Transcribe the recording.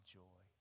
joy